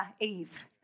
Eve